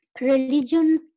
religion